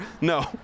no